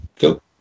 Cool